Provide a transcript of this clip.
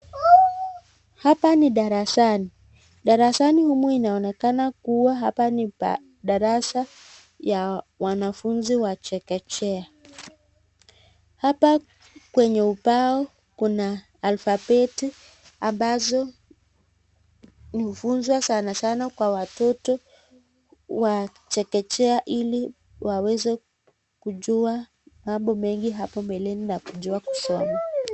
Hapa ni darasani. Darasani humu inaonekana kuwa hapa ni darasa ya wanafunzi wa chekechea. Hapa kwenye ubao kuna alfabeti ambazo hufunzwa sana sana kwa watoto wa chekechea ili waweze kujua mambo mengi hapo mbeleni na kujua kusoma.